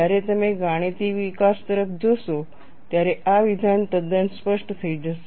જ્યારે તમે ગાણિતિક વિકાસ તરફ જોશો ત્યારે આ વિધાન તદ્દન સ્પષ્ટ થઈ જશે